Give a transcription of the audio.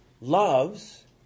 loves